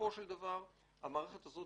המערכת הזאת,